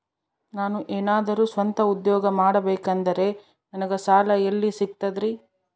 ನಾನು ಏನಾದರೂ ಸ್ವಂತ ಉದ್ಯೋಗ ಮಾಡಬೇಕಂದರೆ ನನಗ ಸಾಲ ಎಲ್ಲಿ ಸಿಗ್ತದರಿ?